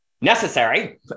Necessary